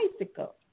bicycle